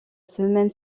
semaine